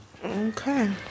Okay